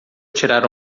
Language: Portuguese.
tirar